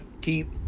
keep